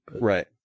Right